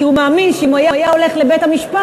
כי הוא מאמין שאם הוא היה הולך לבית-המשפט,